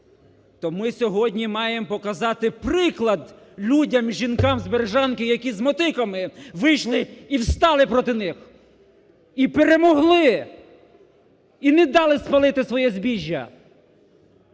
то ми сьогодні маємо показати приклад людям і жінкам з Бережанки, які з мотиками вийшли і встали проти них, і перемогли, і не дали спалити своє збіжжя!